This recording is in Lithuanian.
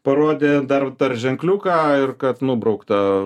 parodė dar dar ženkliuką ir kad nubraukta